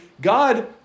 God